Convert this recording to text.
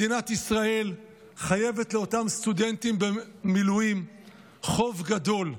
מדינת ישראל חייבת לאותם סטודנטים במילואים חוב גדול.